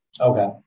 Okay